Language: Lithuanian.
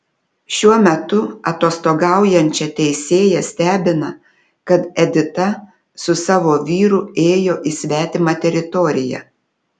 šiuo metu atostogaujančią teisėją stebina kad edita su savo vyru ėjo į svetimą teritoriją